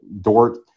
Dort